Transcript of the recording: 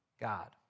God